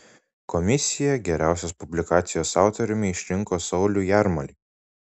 komisija geriausios publikacijos autoriumi išrinko saulių jarmalį